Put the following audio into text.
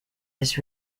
his